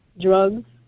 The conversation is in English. drugs